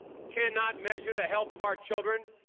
cannot measure the health of our children,